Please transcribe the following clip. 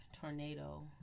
tornado